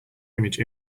image